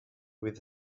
with